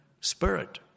spirit